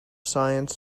science